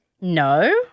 No